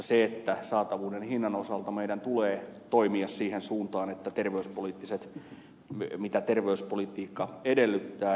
saatavuuden ja hinnan osalta meidän tulee toimia siihen suuntaan mitä terveyspolitiikka edellyttää